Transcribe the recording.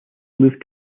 moved